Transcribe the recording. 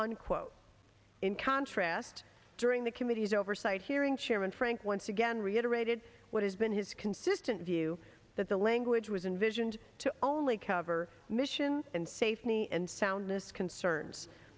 unquote in contrast during the committee's oversight hearings chairman frank once again reiterated what has been his consistent view that the language was envisioned to only cover mission and safety and soundness concerns